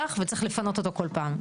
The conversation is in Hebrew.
שמושלך וצריך לפנות אותו כל פעם.